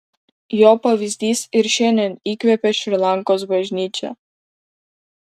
jo pavyzdys ir šiandien įkvepia šri lankos bažnyčią